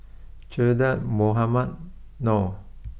Che Dah Mohamed Noor